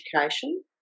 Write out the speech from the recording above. education